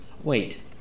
Wait